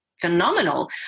phenomenal